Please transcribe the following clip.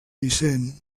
vicent